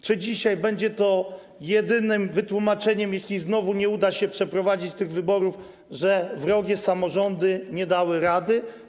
Czy dzisiaj będzie to jedynym wytłumaczeniem, jeśli znowu nie uda się przeprowadzić tych wyborów, że wrogie samorządy nie dały rady?